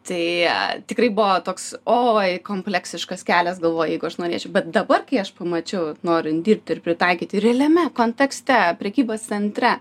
tai tikrai buvo toks oi kompleksiškas kelias galvoju jeigu aš norėčiau bet dabar kai aš pamačiau norint dirbti ir pritaikyti realiame kontekste prekybos centre